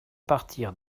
partir